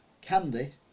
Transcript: candy